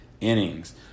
innings